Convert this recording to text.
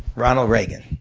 ronald regan.